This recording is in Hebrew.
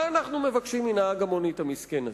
מה אנו מבקשים מנהג המונית המסכן הזה?